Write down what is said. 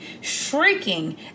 shrieking